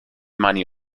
many